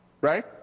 right